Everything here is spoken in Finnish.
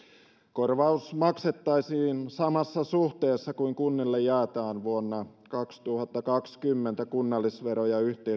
korvaus maksettaisiin samassa suhteessa kuin kunnille jaetaan vuonna kaksituhattakaksikymmentä kunnallisveroa